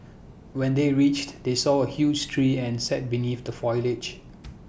when they reached they saw A huge tree and sat beneath the foliage